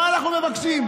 מה אנחנו מבקשים?